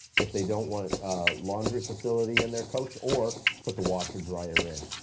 if they don't want a laundry facility in their coach, or put the washer dryer in.